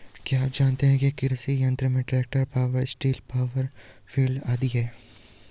क्या आप जानते है कृषि यंत्र में tractor, power tiller, power weeder आदि है?